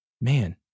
man